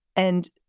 and